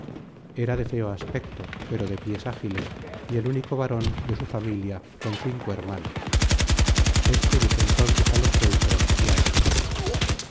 era de feo aspecto pero de pies ágiles y el único hijo varón de su familia con cinco hermanas éste dijo entonces á los teucros y á héctor